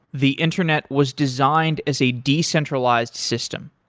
the internet was designed as a decentralized system.